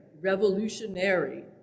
revolutionary